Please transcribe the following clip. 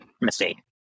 mistake